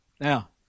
Now